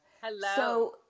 Hello